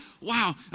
wow